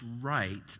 right